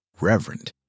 Reverend